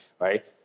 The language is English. right